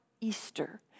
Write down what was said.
Easter